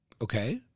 Okay